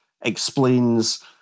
explains